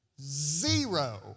Zero